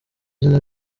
zina